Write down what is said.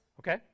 Okay